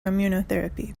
immunotherapy